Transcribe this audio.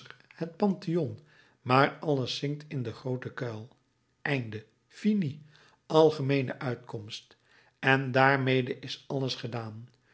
het pantheon maar alles zinkt in den grooten kuil einde finis algemeene uitkomst en daarmede is alles gedaan